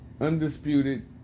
undisputed